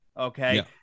Okay